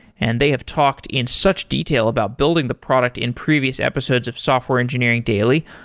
and they have talked in such detail about building the product in previous episodes of software engineering daily.